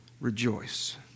rejoice